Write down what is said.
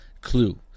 clue